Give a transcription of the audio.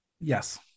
Yes